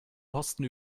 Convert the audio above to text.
posten